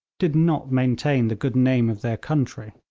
did not maintain the good name of their country.